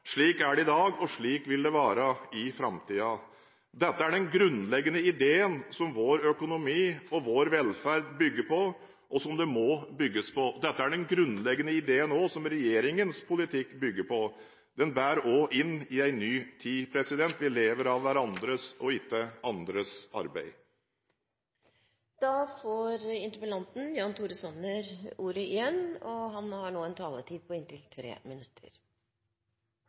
Slik er det i dag, og slik vil det være i framtiden. Dette er den grunnleggende idéen som vår økonomi og vår velferd bygger på, og som det må bygges på. Dette er også den grunnleggende ideen som regjeringens politikk bygger på. Den bærer også inn i en ny tid. Vi lever av hverandres og ikke andres arbeid.